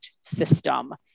system